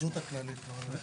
שלום לכולם.